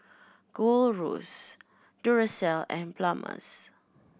Gold Roast Duracell and Palmer's